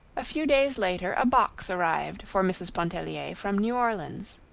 a few days later a box arrived for mrs. pontellier from new orleans.